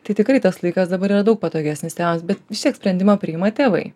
tai tikrai tas laikas dabar yra daug patogesnis tėvams bet vis tiek sprendimą priima tėvai